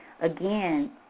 again